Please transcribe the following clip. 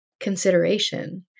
consideration